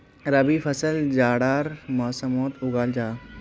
रबी फसल जाड़ार मौसमोट उगाल जाहा